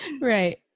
Right